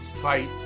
fight